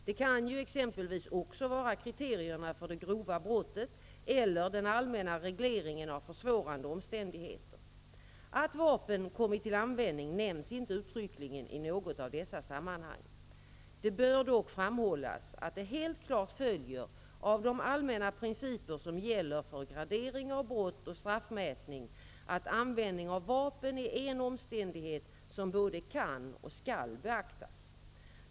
Det kan ju exempelvis också vara kriterierna för det grova brottet eller den allmänna regleringen av försvårande omständigheter. Att vapen kommit till användning nämns inte uttryckligen i något av dessa sammanhang. Det bör dock framhållas att det helt klart följer av de allmänna principer som gäller för gradering av brott och straffmätning att användning av vapen är en omständighet som både kan och skall beaktas.